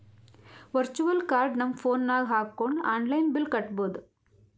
virtual card ನಮ್ phone ನಾಗ್ ಹಾಕೊಂಡ್ ಆನ್ಲೈನ್ ಬಿಲ್ ಕಟ್ಟಬೋದು